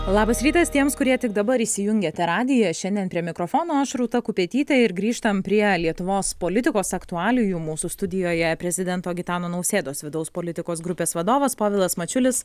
labas rytas tiems kurie tik dabar įsijungėte radiją šiandien prie mikrofono aš rūta kupetytė ir grįžtam prie lietuvos politikos aktualijų mūsų studijoje prezidento gitano nausėdos vidaus politikos grupės vadovas povilas mačiulis